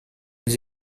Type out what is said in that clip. nous